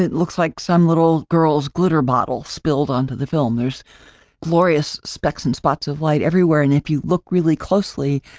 looks like some little girl's glitter bottle spilled onto the film. there's glorious specs and spots of light everywhere. and if you look really closely,